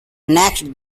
next